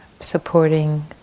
supporting